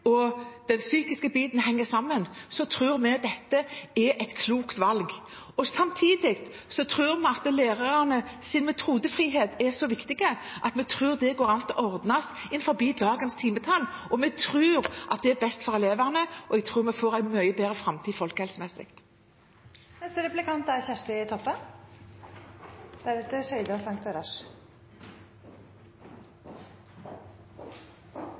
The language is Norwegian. psykiske henger sammen – tror vi dette er et klokt valg. Samtidig mener vi at lærernes metodefrihet er så viktig at vi tror det kan ordnes innenfor dagens timetall. Vi tror det er best for elevene, og jeg tror vi får en mye bedre framtid folkehelsemessig. Det er